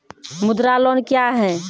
मुद्रा लोन क्या हैं?